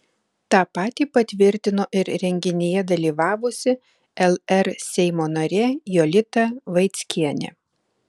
tą patį patvirtino ir renginyje dalyvavusi lr seimo narė jolita vaickienė